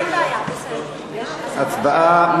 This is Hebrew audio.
הצבעה.